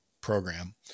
program